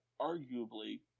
arguably